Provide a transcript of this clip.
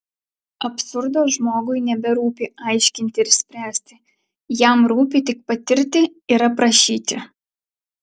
absurdo žmogui neberūpi aiškinti ir spręsti jam rūpi tik patirti ir aprašyti